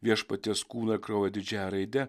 viešpaties kūną kraują didžiąja raide